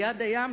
ליד הים,